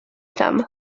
tam